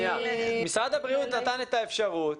משרד הבריאות נתן את האפשרות